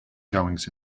goings